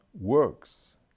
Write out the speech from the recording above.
works